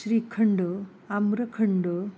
shrikhand आम्रखंड